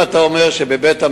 אם אתה אומר שבבית-המעצר,